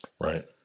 Right